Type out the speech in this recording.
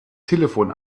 telefon